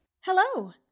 Hello